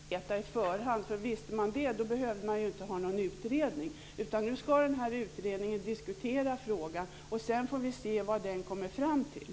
Fru talman! Vad utredningen ska komma fram till kan man ju inte veta i förväg. Om man visste det så behövde man ju inte ha någon utredning. Nu ska denna utredning diskutera frågan, och sedan får vi se vad den kommer fram till.